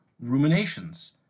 ruminations